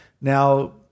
Now